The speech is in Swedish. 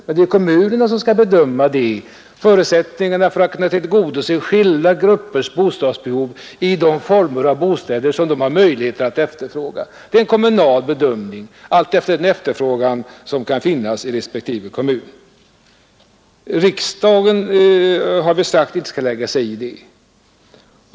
Men det är alltså kommunerna som skall göra den bedömningen och som har förutsättningarna att bedöma efterfrågan på skilda bostadsformer. Vi har sagt att riksdagen inte skall lägga sig i det.